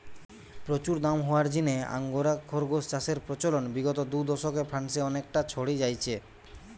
প্রচুর দাম হওয়ার জিনে আঙ্গোরা খরগোস চাষের প্রচলন বিগত দুদশকে ফ্রান্সে অনেকটা ছড়ি যাইচে